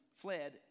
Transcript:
fled